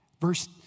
Verse